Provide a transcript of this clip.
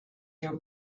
your